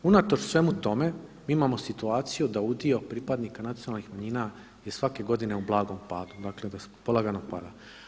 Unatoč svemu tome mi imamo situaciju da udio pripadnika nacionalnih manjina je svake godine u blagom padu, dakle da polagano pada.